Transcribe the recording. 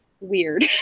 weird